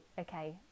okay